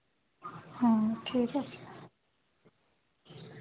হ্যাঁ ঠিক আছে